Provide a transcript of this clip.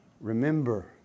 Remember